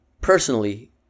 personally